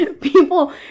people